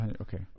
Okay